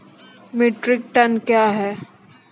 Metric ton कया हैं?